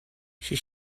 she